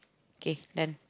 okay then